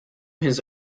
his